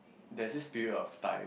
there's this period of time